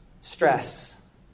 stress